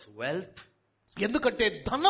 wealth